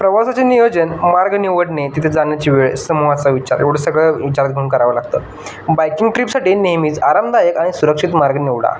प्रवासाचे नियोजन मार्ग निवडणे तिथे जाण्याची वेळ समूहाचा विचार एवढं सगळं विचारात घेऊन करावं लागतं बाईकिंग ट्रीपसाठी नेहमीच आरामदायक आणि सुरक्षित मार्ग निवडा